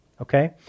okay